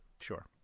sure